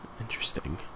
Interesting